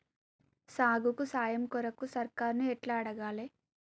సాగుకు సాయం కొరకు సర్కారుని ఎట్ల అడగాలే?